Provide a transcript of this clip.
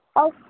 और